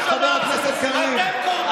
חבר הכנסת קריב,